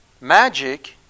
Magic